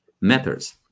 matters